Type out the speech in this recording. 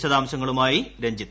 വിശദാംശങ്ങളുമായി രഞ്ജിത്ത്